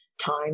time